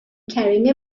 carrying